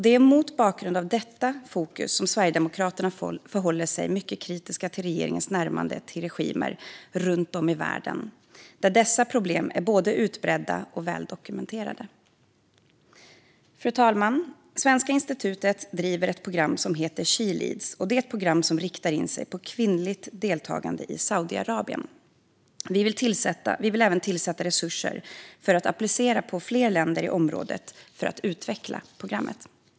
Det är mot bakgrund av detta fokus som Sverigedemokraterna förhåller sig mycket kritiska till regeringens närmande till regimer runt om i världen där dessa problem är både utbredda och väldokumenterade. Fru talman! Svenska Institutet driver ett program som heter She Leads. Det är ett program som riktar in sig på kvinnligt ledarskap i Saudiarabien. Vi vill tillföra resurser för att utveckla programmet och applicera det på fler länder i området. Fru talman!